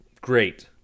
great